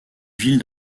ville